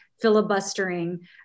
filibustering